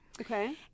okay